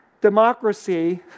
democracy